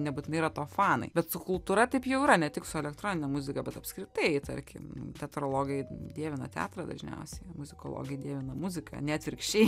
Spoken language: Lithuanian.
nebūtinai yra to fanai bet su kultūra taip jau yra ne tik su elektronine muzika bet apskritai tarkim teatrologai dievina teatrą dažniausiai muzikologai dievina muziką ne atvirkščiai